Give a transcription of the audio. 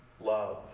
love